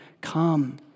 come